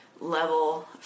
level